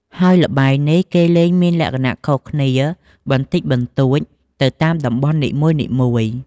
ហើយល្បែងនេះគេលេងមានលក្ខណៈខុសគ្នាបន្តិចបន្តួចទៅតាមតំបន់នីមួយៗ។